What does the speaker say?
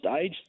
stage